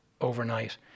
overnight